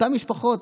לאותן משפחות.